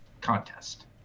contest